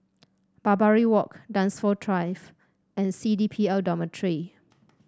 Barbary Walk Dunsfold Drive and C D P L Dormitory